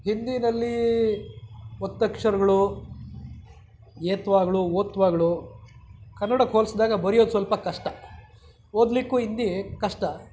ಹಿಂದಿನಲ್ಲಿ ಒತ್ತಕ್ಷರಗಳು ಏತ್ವಗಳು ಓತ್ವಗಳು ಕನ್ನಡಕ್ಕೆ ಹೋಲಿಸ್ದಾಗ ಬರ್ಯೋದು ಸ್ವಲ್ಪ ಕಷ್ಟ ಓದಲಿಕ್ಕೂ ಹಿಂದಿ ಕಷ್ಟ